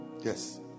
Yes